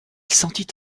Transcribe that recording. sentit